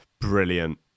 Brilliant